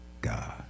God